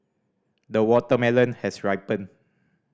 the watermelon has ripened